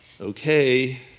Okay